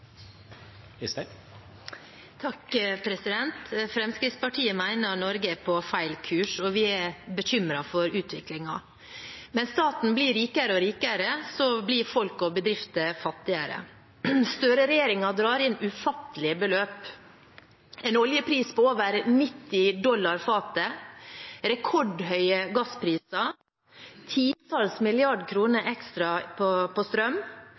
Fremskrittspartiet mener at Norge er på feil kurs, og vi er bekymret for utviklingen. Mens staten blir rikere og rikere, blir folk og bedrifter fattigere. Støre-regjeringen drar inn ufattelige beløp. Det er en oljepris på over 90 dollar fatet, rekordhøye gasspriser, titalls milliarder kroner ekstra på strøm, og på